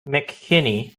mckinney